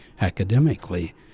academically